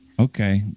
okay